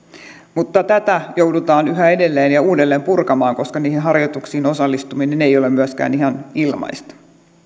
mutta tätä joudutaan yhä edelleen ja uudelleen purkamaan koska niihin harjoituksiin osallistuminen ei ole myöskään ihan ilmaista